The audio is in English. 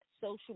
social